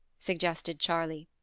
suggested charley.